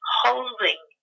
holding